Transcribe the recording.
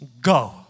Go